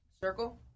Circle